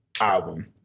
album